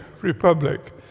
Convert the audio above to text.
Republic